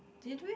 did we